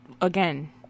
again